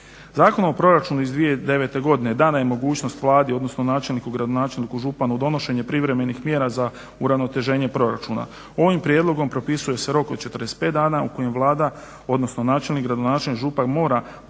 Zakonom o proračunu iz 2009. godine dana je mogućnost Vladi, odnosno načelniku, gradonačelniku, županu donošenje privremenih mjera za uravnoteženje proračuna. Ovim prijedlogom propisuje se rok od 45 dana u kojem Vlada, odnosno načelnik, gradonačelnik, župan mora obustaviti